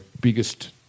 biggest